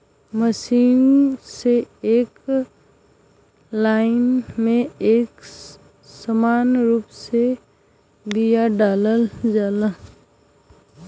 machine से एक line में एक समान रूप से बिया डालल जाला